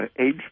Age